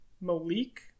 malik